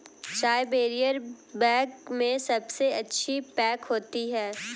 चाय barrier bag में सबसे अच्छी पैक होती है